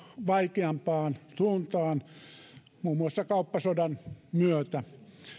vaikeampaan suuntaan muun muassa kauppasodan myötä